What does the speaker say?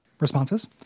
responses